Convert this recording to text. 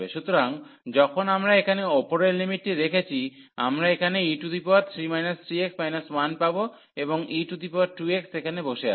সুতরাং যখন আমরা এখানে উপরের লিমিটটি রেখেছি আমরা এখানে e3 3x 1 পাব এবং e2x এখানে বসে আছে